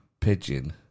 pigeon